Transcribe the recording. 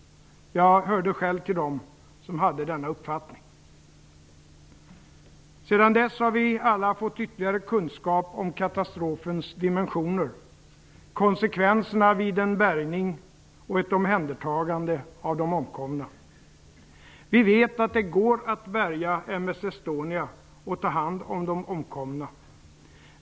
Jag hörde själv till dem som hade denna uppfattning. Sedan dess har vi alla fått ytterligare kunskap om katastrofens dimensioner, konsekvenserna vid en bärgning och ett omhändertagande av de omkomna. Vi vet att det går att bärga MS Estonia och ta hand om de omkomna.